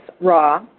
raw